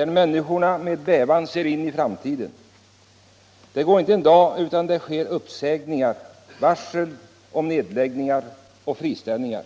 och människorna där ser med bävan in i framtiden. Det går inte en dag utan att det sker uppsägningar, varsel om nedläggningar och friställningar.